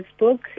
Facebook